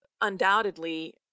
undoubtedly